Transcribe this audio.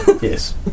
Yes